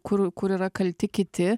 kur kur yra kalti kiti